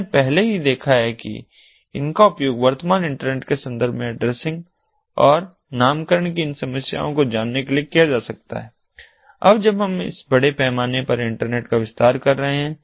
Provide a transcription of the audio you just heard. हमने पहले ही देखा है कि इनका उपयोग वर्तमान इंटरनेट के संदर्भ में एड्रेसिंगऔर नामकरण की इन समस्याओं को जानने के लिए किया जा सकता है और अब जब हम इस बड़े पैमाने पर इंटरनेट का विस्तार कर रहे हैं